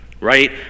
Right